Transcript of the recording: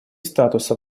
статуса